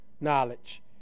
knowledge